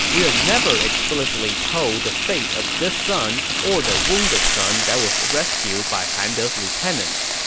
we're never explicitly told the fate of this son or the wounded son that was rescued by han de's lieutenants.